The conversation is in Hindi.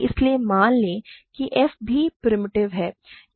इसलिए मान लें कि f भी प्रिमिटिव है